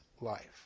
life